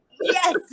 Yes